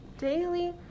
daily